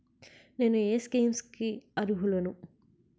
నేను ఏ స్కీమ్స్ కి అరుహులను?